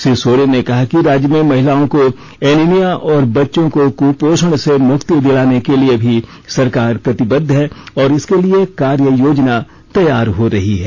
श्री सोरेन ने कहा कि राज्य में महिलाओं को एनीमिया और बच्चों को कुपोषण से मुक्ति दिलाने के लिए भी सरकार प्रतिबद्ध है और इसके लिए कार्य योजना तैयार हो रही है